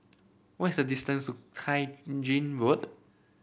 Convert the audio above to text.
what is the distance to Tai Gin Road